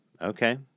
Okay